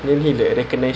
no